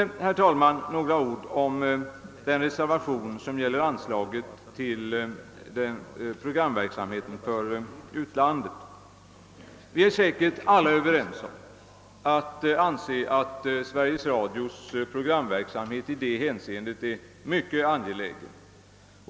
Härefter, herr talman, några ord om den reservation som gäller anslaget till programverksamheten för utlandet. Vi är säkerligen alla överens om att anse att Sveriges Radios programverksamhet i detta hänseende är mycket angelägen.